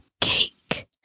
cake